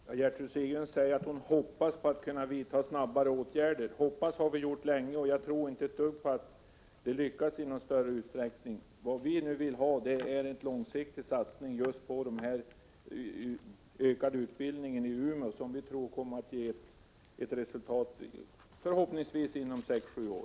Herr talman! Gertrud Sigurdsen säger att hon hoppas kunna vidta snabbare åtgärder. Hoppats har vi gjort länge, men jag tror inte ett dugg på att hon lyckas i någon större utsträckning. Vad vi nu vill ha är en långsiktig satsning på just en ökad utbildning i Umeå, som vi tror kommer att ge resultat förhoppningsvis inom sex sju år.